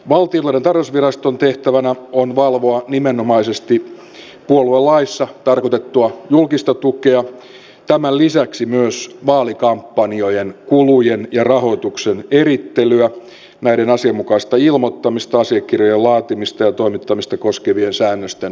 valtiontalouden tarkastusviraston tehtävänä on valvoa nimenomaisesti puoluelaissa tarkoitettua julkista tukea ja tämän lisäksi myös vaalikampanjoiden kulujen ja rahoituksen erittelyä näiden asianmukaista ilmoittamista asiakirjojen laatimista ja toimittamista koskevien säännösten noudattamista